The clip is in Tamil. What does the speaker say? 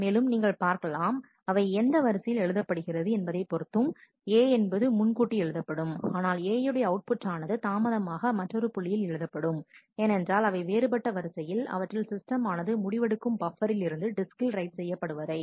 மேலும் நீங்கள் பார்க்கலாம் அவை எந்த வரிசையில் எழுதப்படுகிறது என்பதைப் பொருத்தும் A என்பது முன்கூட்டி எழுதப்படும் ஆனால் A உடைய அவுட்புட் ஆனது தாமதமாக மற்றொரு புள்ளியில் எழுதப்படும் ஏனென்றால் அவை வேறுபட்ட வரிசைகள் அவற்றில் சிஸ்டம் ஆனது முடிவெடுக்கும் பப்பரில் இருந்து டிஸ்கில் ரைட் செய்யப்படுவதை